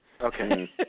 Okay